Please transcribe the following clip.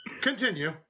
continue